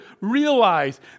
realize